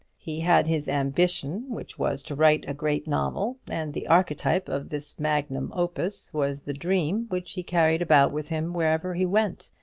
he had his ambition, which was to write a great novel and the archetype of this magnum opus was the dream which he carried about with him wherever he went,